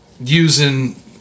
using